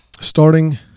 starting